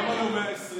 למה לא 120?